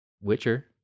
Witcher